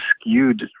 skewed